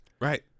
Right